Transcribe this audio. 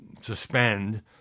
suspend